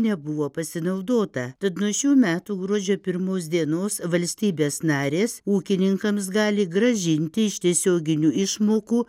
nebuvo pasinaudota tad nuo šių metų gruodžio pirmos dienos valstybės narės ūkininkams gali grąžinti iš tiesioginių išmokų